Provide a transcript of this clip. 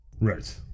Right